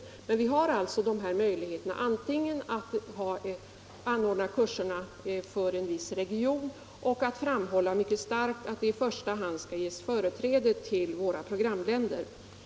Men vi har alltså möjlighet antingen att begränsa kurserna till deltagare från en viss region eller att mycket starkt framhålla att deltagare från våra programländer skall ges företräde.